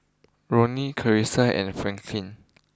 Ronny Clarisa and Franklin